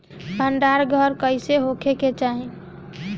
भंडार घर कईसे होखे के चाही?